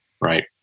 right